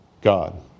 God